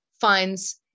finds